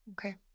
Okay